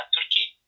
Turkey